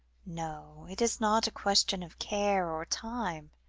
no, it is not a question of care, or time.